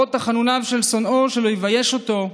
למרות תחנוניו של שונאו שלא יבייש אותו,